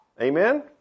Amen